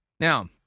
Now